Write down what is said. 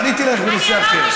פניתי אלייך בנושא אחר.